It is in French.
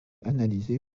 analysé